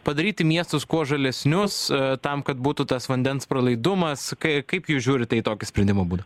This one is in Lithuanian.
padaryti miestus kuo žalesnius tam kad būtų tas vandens pralaidumas kai kaip jūs žiūrite į tokį sprendimą būdą